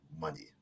money